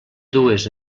dues